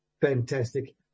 Fantastic